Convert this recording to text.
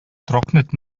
trocknet